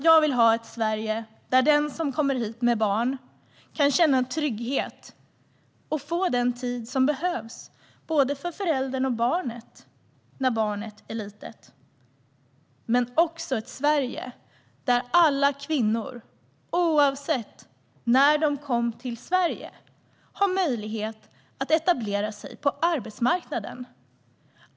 Jag vill ha ett Sverige där den som kommer hit med barn kan känna en trygghet och få den tid som behövs, både för föräldern och barnet, när barnet är litet. Jag vill också ha ett Sverige där alla kvinnor, oavsett när de kom till Sverige, har möjlighet att etablera sig på arbetsmarknaden.